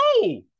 No